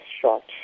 short